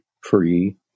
free